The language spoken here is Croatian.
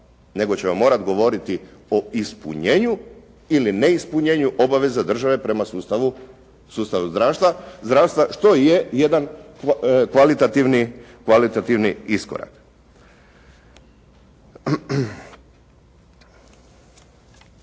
nego ćemo morati govoriti o ispunjenju ili ne ispunjenju obaveza države prema sustavu zdravstva, što i je jedan kvalitativni iskorak.